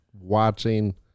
watching